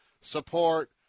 support